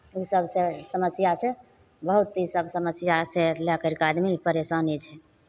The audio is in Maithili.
ओ सभसँ समस्या से बहुत ईसभ समस्या से लए करि कऽ आदमी परेशाने छै